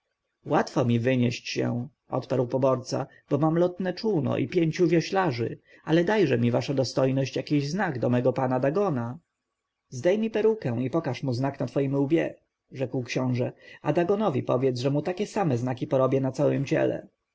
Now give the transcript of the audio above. łatwo mi wynieść się odparł poborca bo mam lotne czółno i pięciu wioślarzy ale dajże mi wasza dostojność jakiś znak do pana mego dagona zdejmij perukę i pokaż mu znak na twoim łbie rzekł książę a dagonowi powiedz że mu takie same znaki porobię na całem ciele